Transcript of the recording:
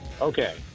Okay